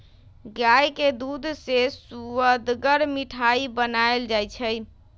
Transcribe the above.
गाय के दूध से सुअदगर मिठाइ बनाएल जाइ छइ